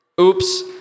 oops